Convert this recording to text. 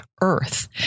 Earth